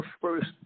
first